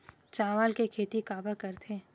चावल के खेती काबर करथे?